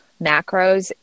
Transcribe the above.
macros